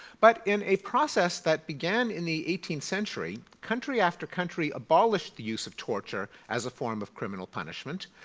but in a process that began in the eighteenth century country after country abolished the use of torture as a form of criminal punishment.